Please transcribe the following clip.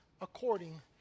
according